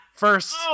First